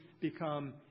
become